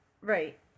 right